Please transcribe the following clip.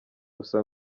gusa